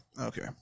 Okay